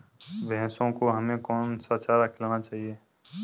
भैंसों को हमें कौन सा चारा खिलाना चाहिए?